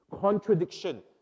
contradiction